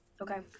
Okay